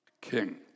King